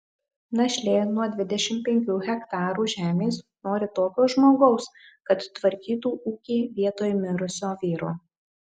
našlė nuo dvidešimt penkių hektarų žemės nori tokio žmogaus kad tvarkytų ūkį vietoj mirusio vyro